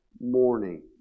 morning